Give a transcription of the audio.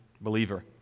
believer